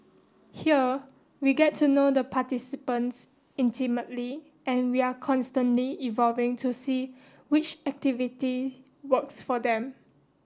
here we get to know the participants intimately and we are constantly evolving to see which activity works for them